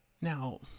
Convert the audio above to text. Now